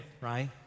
Right